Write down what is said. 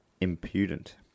Impudent